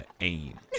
aim